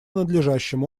надлежащим